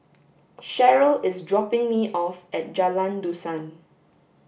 Sharyl is dropping me off at Jalan Dusan